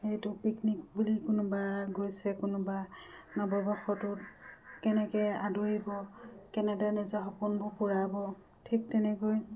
সেইটো পিকনিক বুলি কোনোবা গৈছে কোনোবাই নৱবৰ্ষটোত কেনেকৈ আদৰিব কেনেদৰে নিজা সপোনবোৰ পূৰাব ঠিক তেনেকৈ